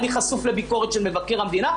אני חשוף לביקורת של מבקר המדינה,